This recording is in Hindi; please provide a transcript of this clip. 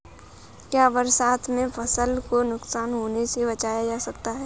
क्या बरसात में फसल को नुकसान होने से बचाया जा सकता है?